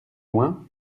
loin